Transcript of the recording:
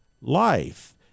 life